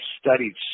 studied